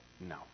No